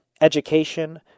education